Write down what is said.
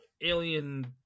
alien